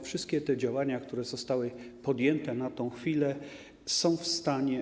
Wszystkie te działania, które zostały podjęte, na tę chwilę są w stanie.